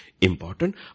important